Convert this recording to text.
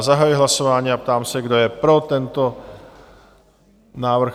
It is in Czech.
Zahajuji hlasování a ptám se, kdo je pro tento návrh?